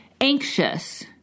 anxious